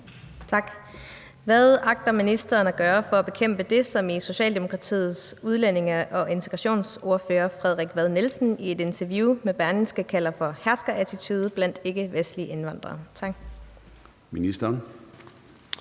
Hvad agter ministeren at gøre for at bekæmpe det, som Socialdemokratiets udlændinge- og integrationsordfører Frederik Vad Nielsen i et interview med Berlingske kalder for »herskerattitude« blandt ikkevestlige indvandrere?